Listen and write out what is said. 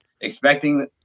Expecting